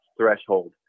threshold